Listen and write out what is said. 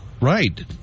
right